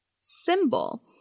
symbol